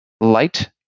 light